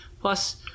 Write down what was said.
Plus